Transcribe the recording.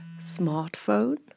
smartphone